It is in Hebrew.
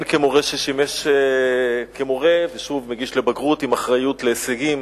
לבגרות, עם אחריות להישגים,